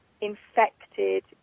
infected